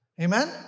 Amen